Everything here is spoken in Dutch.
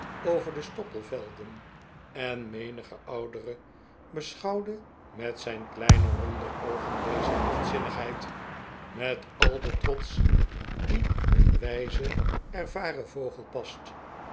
over de stoppelvelden en menige oudere beschouwde met zijn kleine ronde oogen deze lichtzinnigheid met al den trots die een wijzen ervaren vogel past